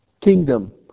kingdom